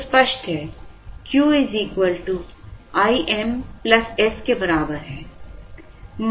तो स्पष्ट है Q Im s के बराबर है